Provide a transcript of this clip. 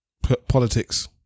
politics